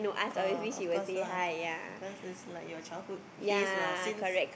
oh of course lah cause it's like your childhood place lah since